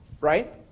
right